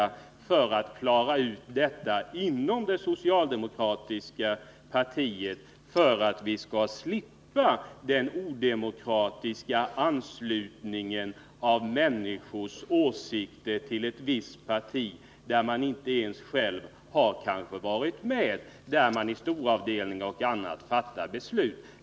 Man skulle kunna klara ut frågan inom det socialdemokratiska partiet och slippa den odemokratiska kollektiva anslutningen av människor till ett visst parti, varvid storavdelningar och andra nu fattar besluten.